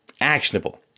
actionable